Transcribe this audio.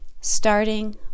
starting